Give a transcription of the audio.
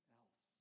else